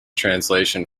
translation